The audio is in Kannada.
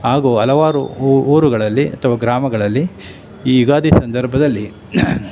ಹಾಗೂ ಹಲವಾರು ಊರುಗಳಲ್ಲಿ ಅಥವಾ ಗ್ರಾಮಗಳಲ್ಲಿ ಈ ಯುಗಾದಿ ಸಂದರ್ಭದಲ್ಲಿ